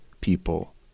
people